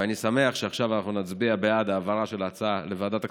ואני שמח שעכשיו אנחנו נצביע בעד העברה של ההצעה לוועדת הכספים,